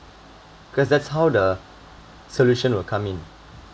cause that's how the solution will come in